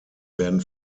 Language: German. werden